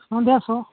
Sandhya show